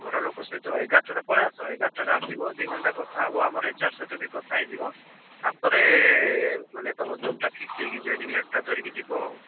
ଘରଲୋକ ସହିତ ଏଗାରଟାରେ ପଳାଇ ଆସ ଏଗାରଟାରେ ଆସିବ ଦୁଇ ଘଣ୍ଟା କଥା ହେବ ଆମର ଏଚ୍ ଆର ସହିତ ବି କଥା ହେଇଯିବ ତାପରେ ମାନେ ତମ ଜବ୍ଟା ଫିକ୍ସ ହେଇକି ଜଏନିଂ ଲେଟରଟା ଧରିକି ଯିବ ଆଉ